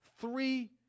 three